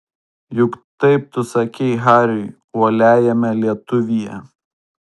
juk taip tu sakei hariui uoliajame lietuvyje